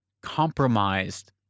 compromised